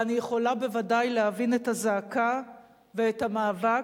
ואני יכולה בוודאי להבין את הזעקה ואת המאבק,